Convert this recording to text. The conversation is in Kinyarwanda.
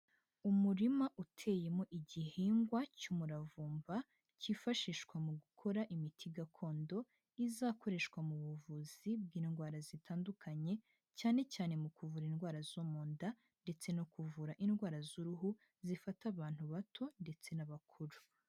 Umurima uteyemo igihingwa cy'umuravumba kifashishwa mu gukora imiti gakondo izakoreshwa mu buvuzi bw'indwara zitandukanye, cyane cyane mu kuvura indwara zo mu nda ndetse no kuvura indwara z'uruhu zifata abantu bato ndetse n'abakuru.